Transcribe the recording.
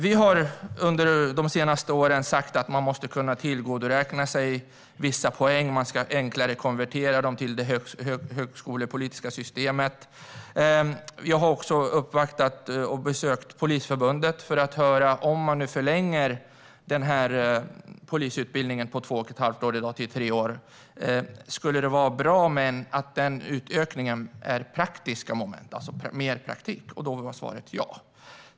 Vi har under de senaste åren sagt att man måste kunna tillgodoräkna sig vissa poäng och att man enklare ska kunna konvertera dem till högskolesystemet. Vi har även uppvaktat och besökt Polisförbundet för att höra vad de tycker om att förlänga dagens polisutbildning på två och ett halvt år till tre år. Vi frågade om de tycker att det vore bra att denna förlängning består av mer praktik. Svaret på det var ja.